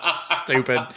Stupid